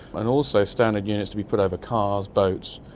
and also standard units to be put over cars, boats.